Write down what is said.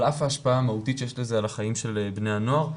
על אף ההשפעה המהותית שיש לזה על החיים של בני הנוער,